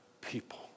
people